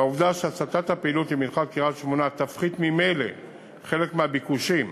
והעובדה שהסטת הפעילות למנחת קריית-שמונה תפחית ממילא חלק מהביקושים,